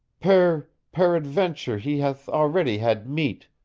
per. peradventure he hath already had meat,